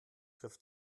griff